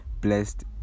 blessed